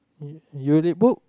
you you read book